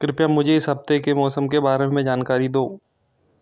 कृपया मुझे इस हफ़्ते के मौसम के बारे में जानकारी दो